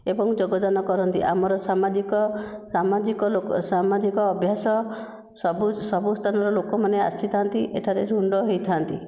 ଏବଂ ଯୋଗଦାନ କରନ୍ତି ଆମର ସାମାଜିକ ସାମାଜିକ ଲୋକ ସାମାଜିକ ଅଭ୍ୟାସ ସବୁ ସବୁ ସ୍ଥାନର ଲୋକମାନେ ଆସିଥାନ୍ତି ଏଠାରେ ରୁଣ୍ଡ ହୋଇଥାନ୍ତି